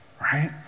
right